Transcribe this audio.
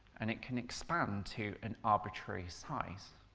and it can expand to an arbitrary size.